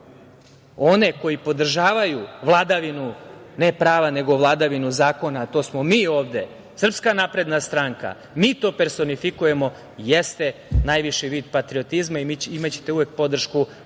one koji podržavaju vladavinu ne prava, nego vladavinu zakona, a to smo mi ovde, Srpska napredna stranka, mi to personifikujemo, jeste najviši vid patriotizma i imaćete uvek podršku od